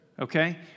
Okay